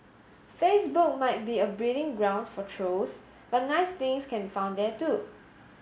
Facebook might be a breeding ground for trolls but nice things can be found there too